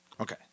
Okay